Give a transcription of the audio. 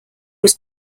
was